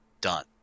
done